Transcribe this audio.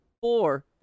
Four